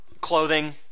Clothing